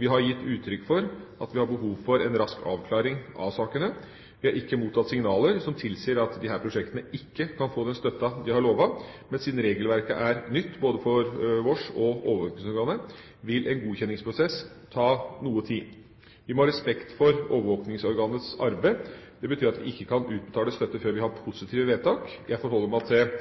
Vi har gitt uttrykk for at vi har behov for en rask avklaring av sakene. Vi har ikke mottatt signaler som tilsier at disse prosjektene ikke kan få den støtten de er lovet, men siden regelverket er nytt både for oss og overvåkningsorganet, vil en godkjenningsprosess ta noe tid. Vi må ha respekt for overvåkningsorganets arbeid. Det betyr at vi ikke kan utbetale støtte før vi har positive vedtak. Jeg forholder meg til